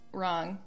wrong